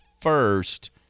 first